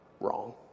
wrong